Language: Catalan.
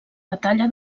batalla